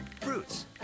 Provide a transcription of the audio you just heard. fruits